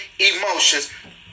emotions